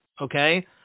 Okay